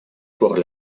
пор